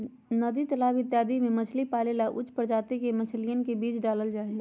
नदी तालाब इत्यादि में मछली पाले ला उच्च प्रजाति के मछलियन के बीज डाल्ल जाहई